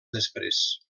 després